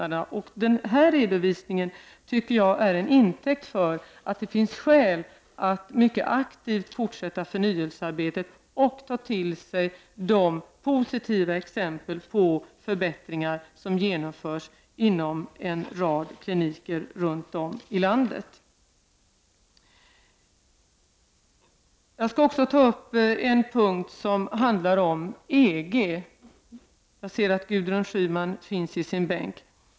Den redovisningen tycker jag är en intäkt för att det finns skäl att mycket aktivt fortsätta förnyelsearbetet och att ta till sig de positiva exempel på förbättringar som genomförs inom en rad kliniker runt om i landet. Jag skall också ta upp en punkt som handlar om EG. Jag ser att Gudrun Schyman finns i sin bänk.